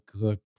good